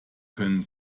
können